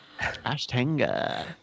Ashtanga